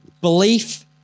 belief